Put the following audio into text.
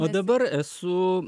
o dabar esu